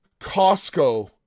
Costco